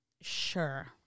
Sure